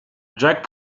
jack